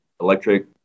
electric